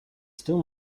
still